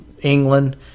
England